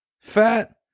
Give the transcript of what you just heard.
fat